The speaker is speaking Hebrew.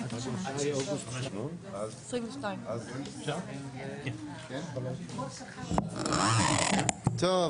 בשעה 16:48 ונתחדשה בשעה 17:02.) טוב,